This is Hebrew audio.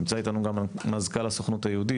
נמצא איתנו גם מזכ"ל הסוכנות היהודית,